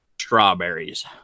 strawberries